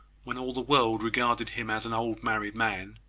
when all the world regarded him as an old married man,